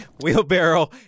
wheelbarrow